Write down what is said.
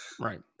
right